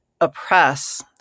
oppress